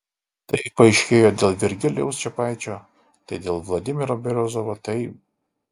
tai paaiškėjo dėl virgilijaus čepaičio tai dėl vladimiro beriozovo tai